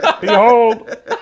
Behold